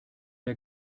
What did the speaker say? der